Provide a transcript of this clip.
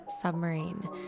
submarine